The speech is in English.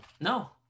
no